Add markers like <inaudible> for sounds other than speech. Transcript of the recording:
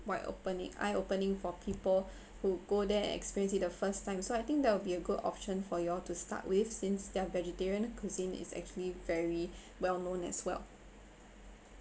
wide opening eye opening for people <breath> who go there and experience it the first time so I think that will be a good option for you all to start with since their vegetarian cuisine is actually very <breath> well known as well